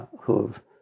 who've